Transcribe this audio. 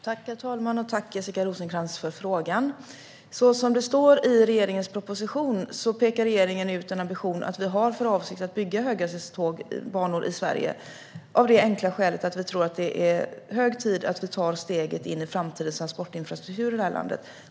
Herr talman! Tack, Jessica Rosencrantz, för frågan! Så som det står i propositionen pekar regeringen ut en ambition att vi har för avsikt att bygga höghastighetsbanor i Sverige av det enkla skälet att vi tror att det är hög tid att vi tar steget in i framtidens transportinfrastruktur i det här landet.